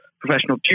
professional